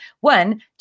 One